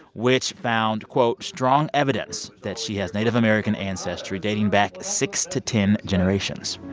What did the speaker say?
which found, quote, strong evidence that she has native american ancestry dating back six to ten generations.